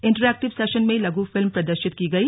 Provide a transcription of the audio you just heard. interactive session में लघु film प्रदर्शित की गई